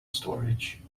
storage